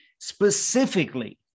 specifically